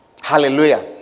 Hallelujah